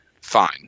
Fine